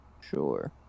Sure